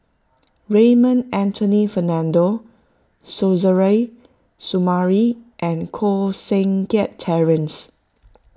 Raymond Anthony Fernando Suzairhe Sumari and Koh Seng Kiat Terence